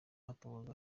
yatorwaga